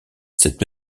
cette